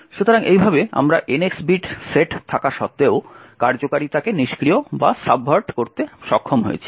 সুতরাং এইভাবে আমরা এনএক্স বিট সেট থাকা সত্ত্বেও কার্যকারিতাকে নিষ্ক্রিয় করতে সক্ষম হয়েছি